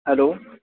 hello